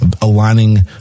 aligning